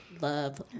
love